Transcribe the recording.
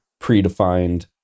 predefined